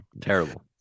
terrible